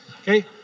okay